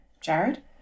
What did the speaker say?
Jared